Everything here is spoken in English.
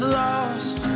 lost